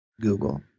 google